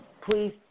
Please